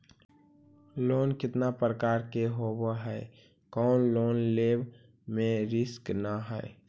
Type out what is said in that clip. Loan कितना प्रकार के होबा है कोन लोन लेब में रिस्क न है?